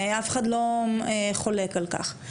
אף אחד לא חולק על כך.